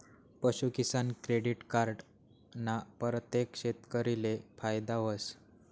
पशूकिसान credit card ना परतेक शेतकरीले फायदा व्हस